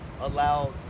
allow